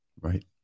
Right